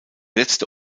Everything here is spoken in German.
letzte